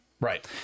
Right